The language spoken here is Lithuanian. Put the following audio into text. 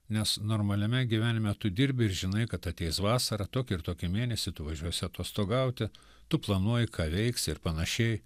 nes normaliame gyvenime tu dirbi ir žinai kad ateis vasara tokį ir tokį mėnesį tu važiuosi atostogauti tu planuoji ką veiksi ir panašiai